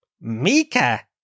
Mika